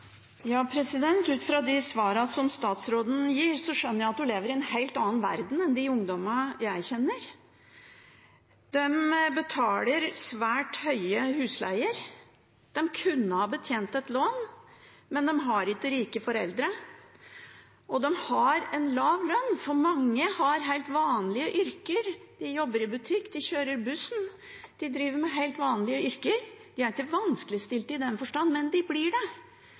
Ut fra de svarene som statsråden gir, skjønner jeg at hun lever i en helt annen verden enn de ungdommene jeg kjenner. De betaler svært høye husleier. De kunne ha betjent et lån, men de har ikke rike foreldre, og de har en lav lønn. Mange har helt vanlige yrker – de jobber i butikk, de kjører buss, de driver med helt vanlige yrker. De er ikke vanskeligstilt i den forstand, men de blir det,